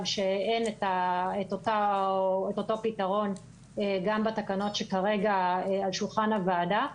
שאין את אותו פתרון בתקנות שמונחות כרגע על שולחן הוועדה.